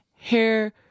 hair